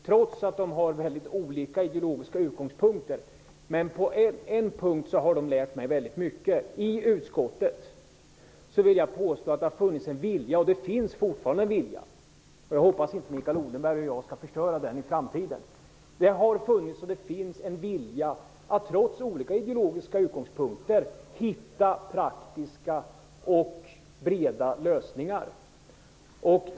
Trots att de har mycket olika ideologiska utgångspunkter har de lärt mig väldigt mycket på en punkt. Jag vill påstå att det har funnits en vilja i utskottet, och den finns fortfarande, att trots olika ideologiska utgångspunkter hitta praktiska och breda lösningar. Jag hoppas att inte Mikael Odenberg och jag skall förstöra den i framtiden.